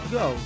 go